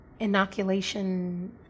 inoculation